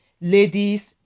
Ladies